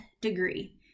degree